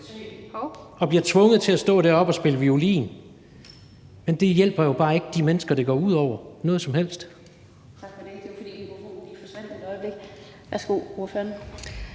og bliver tvunget til at stå deroppe og spille violin, men det hjælper jo bare ikke de mennesker, det går ud over, noget som helst. Kl. 20:00 Den fg. formand (Annette Lind): Ordføreren,